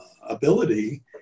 ability